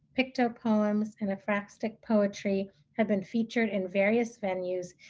picto-poems, and ekphrastic poetry have been featured in various venues,